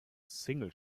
single